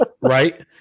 right